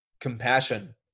compassion